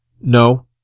No